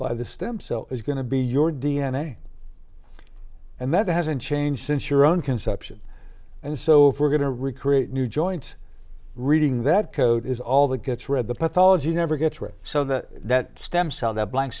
by the stem cell is going to be your d n a and that hasn't changed since your own conception and so if we're going to recreate new joint reading that code is all that gets read the pathology never gets read so that that stem cell that blank